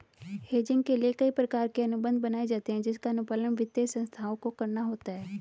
hedging के लिए कई प्रकार के अनुबंध बनाए जाते हैं जिसका अनुपालन वित्तीय संस्थाओं को करना होता है